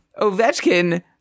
Ovechkin